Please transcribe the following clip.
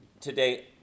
today